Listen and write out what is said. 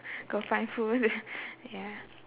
go find food ya